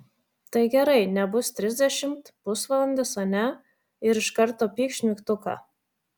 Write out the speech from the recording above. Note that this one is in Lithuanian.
tai gerai nebus trisdešimt pusvalandis ane ir iš karto pykšt mygtuką